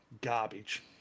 garbage